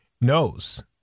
knows